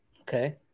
Okay